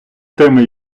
теми